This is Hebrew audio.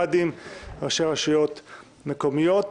קאדים וראשי רשויות מקומיות.